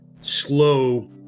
slow